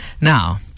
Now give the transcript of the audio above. Now